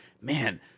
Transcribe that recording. man